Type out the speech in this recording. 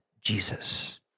Jesus